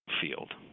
field